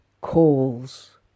calls